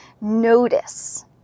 notice